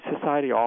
society